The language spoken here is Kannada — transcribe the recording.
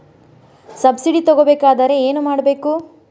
ಸಬ್ಸಿಡಿ ತಗೊಬೇಕಾದರೆ ಏನು ಮಾಡಬೇಕು?